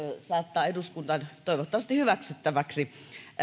saattaa eduskunnan toivottavasti hyväksyttäväksi